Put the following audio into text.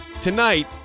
tonight